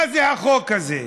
מה זה החוק הזה,